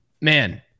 man